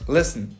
Listen